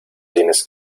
tienes